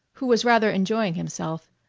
who was rather enjoying himself,